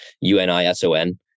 U-N-I-S-O-N